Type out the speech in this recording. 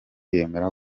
yemera